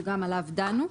שגם עליו דנו.